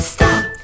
Stop